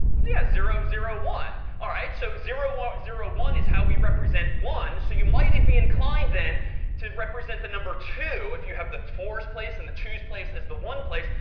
yeah zero, zero, one. all right. so zero, ah zero, one is how we represent one, so you might be inclined then to represent the number two, if you have the four's place and the two's place as the one place,